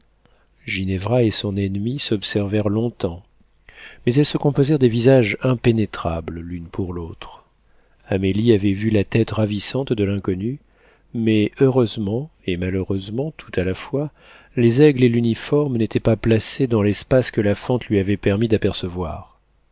ginevra et son ennemie s'observèrent longtemps mais elles se composèrent des visages impénétrables l'une pour l'autre amélie avait vu la tête ravissante de l'inconnu mais heureusement et malheureusement tout à la fois les aigles et l'uniforme n'étaient pas placés dans l'espace que la fente lui avait permis d'apercevoir